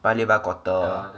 paya lebar quarter